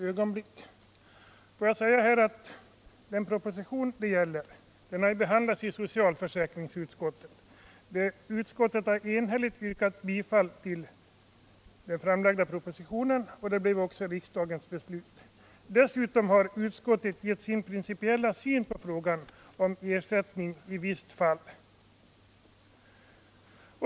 Får jag då först säga att den proposition som frågan gäller har behandlats av socialförsäkringsutskottet. Utskottet har enhälligt yrkat bifall till den framlagda propositionen, och detta har också blivit riksdagens beslut. Dessutom har utskottet angett sin principiella syn på frågan om ersättning i visst fall.